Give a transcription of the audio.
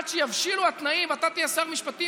עד שיבשילו התנאים: אתה תהיה שר משפטים